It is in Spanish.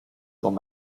con